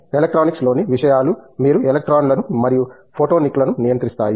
ఎలక్ట్రానిక్స్లోని విషయాలు మీరు ఎలక్ట్రాన్లను మరియు ఫోటోనిక్లను నియంత్రిస్తాము